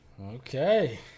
Okay